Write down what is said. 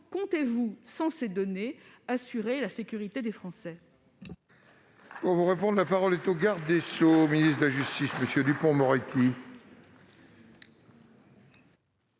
comptez-vous, sans ces données, assurer la sécurité des Français ?